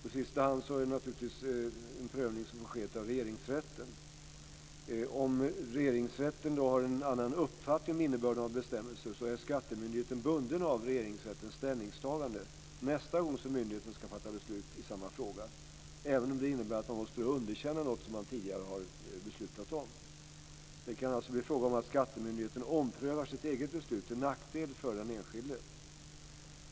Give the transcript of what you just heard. I sista hand sker naturligtvis en prövning av Regeringsrätten. Om Regeringsrätten har en annan uppfattning om innebörden av bestämmelsen är skattemyndigheten bunden av Regeringsrättens ställningstagande nästa gång som myndigheten ska fatta beslut i samma fråga, även om det innebär att man måste underkänna något som man tidigare har beslutat. Det kan alltså bli fråga om att skattemyndigheten omprövar sitt eget beslut till nackdel för den enskilde.